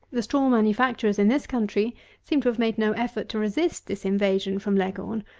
the straw manufacturers in this country seem to have made no effort to resist this invasion from leghorn.